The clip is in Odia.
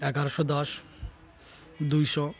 ଏଗାରଶ ଦଶ ଦୁଇଶହ